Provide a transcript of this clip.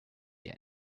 yet